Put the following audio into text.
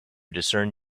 discern